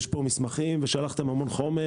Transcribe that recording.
יש פה מסמכים ויש הרבה חומר,